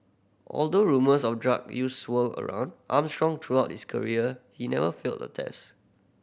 although rumours of drug use swirled around Armstrong throughout his career he never failed a test